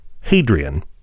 Hadrian